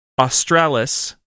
Australis